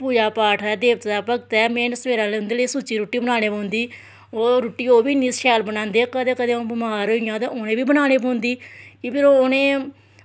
पूजा पाठ करदा देवतें दा भगत ऐ तें में उंदे लेई सवेरै सुच्ची रुट्टी बनानी पौंदी ओह् रुट्टी ओह्बी इन्नी शैल बनांदे कदें कदें अं'ऊ बमार होई जां ते ओह् उनें बी बनाना पौंदी क्युंकि ओह् उनें